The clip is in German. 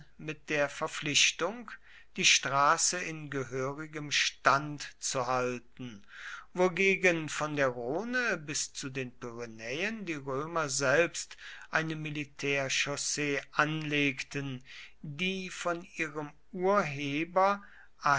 mit der verpflichtung die straße in gehörigem stand zu halten wogegen von der rhone bis zu den pyrenäen die römer selbst eine militärchaussee anlegten die von ihrem urheber